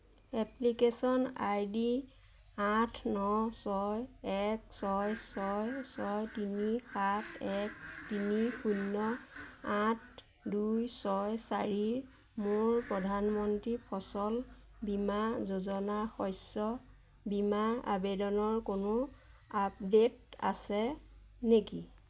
application I D আঠ ন ছয় এক ছয় ছয় ছয় তিনি সাত এক তিনি শূন্য আঠ দুই ছয় চাৰিৰ মোৰ প্ৰধানমন্ত্ৰী ফচল বীমা যোজনাৰ শস্য বীমা আবেদনৰ কোনো আপডেট আছে নেকি